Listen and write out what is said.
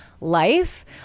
life